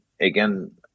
again